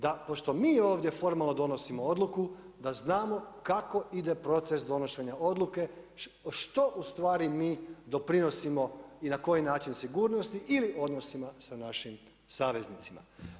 Da pošto mi ovdje formalno donosimo odluku, da znamo kako ide proces donošenja odluke, što u stvari mi doprinosimo i na koji način sigurnosti ili odnosima sa našim saveznicima.